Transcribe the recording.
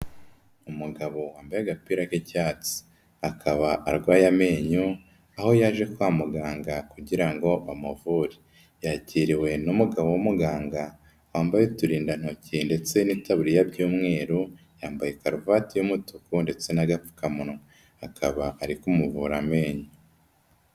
Umugabo wambaye agapira k'icyatsi akaba arwaye amenyo, aho yaje kwa muganga kugira ngo bamuvure, yakiriwe n'umugabo w'umuganga wambaye uturindantoki ndetse n'itaburiya by'umweru, yambaye karuvati y'umutuku ndetse n'apfukamunwa, akaba ari kumuvura amenyo.